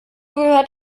gehört